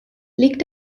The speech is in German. liegt